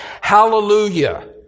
Hallelujah